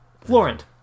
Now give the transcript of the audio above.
Florent